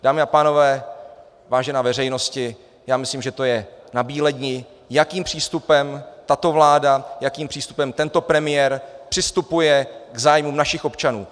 Dámy a pánové, vážená veřejnosti, já myslím, že to je nabíledni, jakým přístupem tato vláda, jakým přístupem tento premiér přistupuje k zájmům našich občanů.